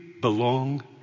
belong